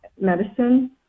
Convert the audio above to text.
medicine